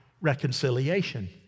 reconciliation